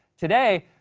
today,